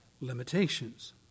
limitations